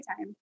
time